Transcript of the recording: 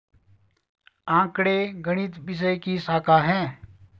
आंकड़े गणित विषय की शाखा हैं